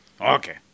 Okay